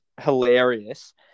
hilarious